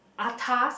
atas